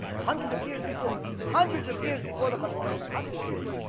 hundreds of years before hundreds of years before the husband named hundreds of years